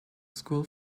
school